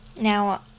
now